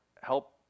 help